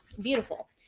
beautiful